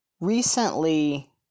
Recently